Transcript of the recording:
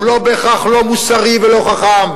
הוא לא בהכרח לא מוסרי ולא חכם,